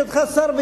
גם בהיותך שר,